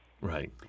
Right